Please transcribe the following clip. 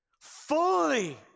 fully